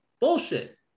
Bullshit